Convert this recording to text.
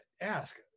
ask